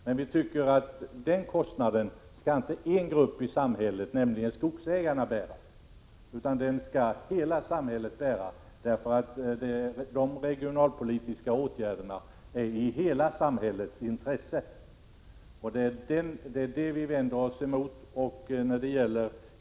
Men vi tycker inte att den kostnaden skall bäras av en enda grupp i samhället, nämligen skogsägarna, utan den skall hela samhället bära, eftersom de regionalpolitiska åtgärderna är i hela samhällets intresse. Det är detta vi vänder oss emot.